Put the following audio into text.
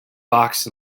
box